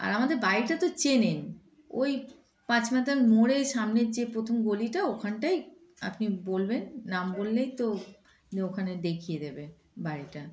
আর আমাদের বাড়িটা তো চেনেন ওই পাঁচ মাতার মোড়ে সামনের যে প্রথম গলিটা ওখানটাই আপনি বলবেন নাম বললেই তো ওখানে দেখিয়ে দেবে বাড়িটা